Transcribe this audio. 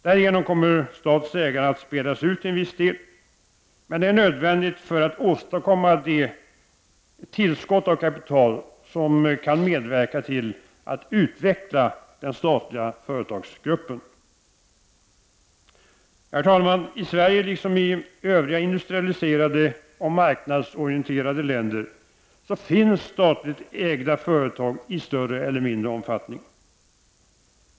Därigenom kommer statens ägande att spädas ut till en viss del, men det är nödvändigt för att åstadkomma det tillskott av kapital som sedan kan medverka till att utveckla den statliga företagsgruppen. Herr talman! I Sverige liksom i övriga industrialiserade och marknadsorienterade länder finns statligt ägda företag i större eller mindre omfattning.